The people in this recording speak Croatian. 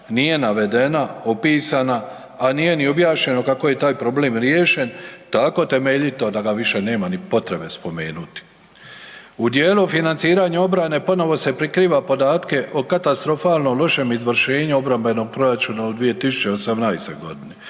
nije navedena, opisana, a nije ni objašnjeno kako je taj problem riješen tako temeljito da ga više nema ni potrebe spomenuti. U dijelu financiranja obrane ponovo se prikriva podatke o katastrofalno lošem izvršenju obrambenog proračuna u 2018. godini.